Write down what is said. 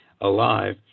alive